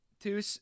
Two